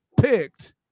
picked